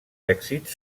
èxits